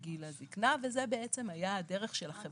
זה היה שירות שהתחלנו אותו לפני מספר שנים,